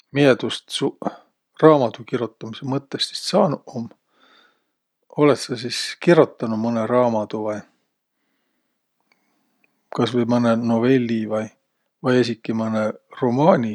Miä sis tuust suq raamadu kirotamisõ mõttõst saanuq um? Olõt sa sis kirotanuq mõnõ raamadu vai? Kasvai mõnõ novelli vai esiki mõnõ romaani?